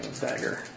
Dagger